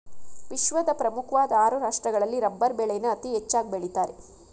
ವಿಶ್ವದ ಪ್ರಮುಖ್ವಾಧ್ ಆರು ರಾಷ್ಟ್ರಗಳಲ್ಲಿ ರಬ್ಬರ್ ಬೆಳೆನ ಅತೀ ಹೆಚ್ಚಾಗ್ ಬೆಳಿತಾರೆ